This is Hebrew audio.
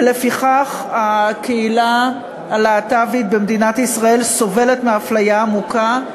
ולפיכך הקהילה הלהט"בית במדינת ישראל סובלת מאפליה עמוקה,